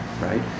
right